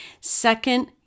Second